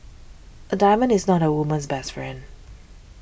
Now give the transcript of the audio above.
a diamond is not a woman's best friend